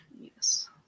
yes